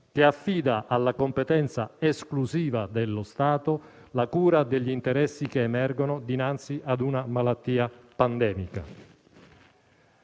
che affida alla competenza esclusiva dello Stato la cura degli interessi che emergono dinanzi a una malattia pandemica.